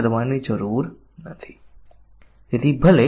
ચાલો મજબૂત white box પરીક્ષણ જોઈએ